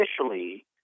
officially